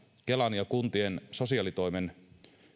kelan ja kuntien sosiaalitoimen